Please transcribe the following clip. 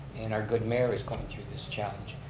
and our good mayor's going through this challenge.